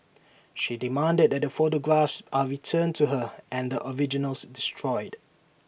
she demanded that the photographs are returned to her and the originals destroyed